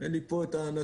אין לי כאן את הנתון.